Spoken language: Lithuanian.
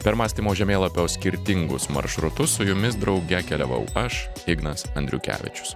per mąstymo žemėlapio skirtingus maršrutus su jumis drauge keliavau aš ignas andriukevičius